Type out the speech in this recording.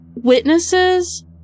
witnesses